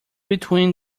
between